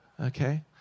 Okay